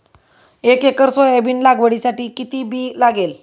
एक acre soybean लागवडीसाठी किती बी लागेल?